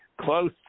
close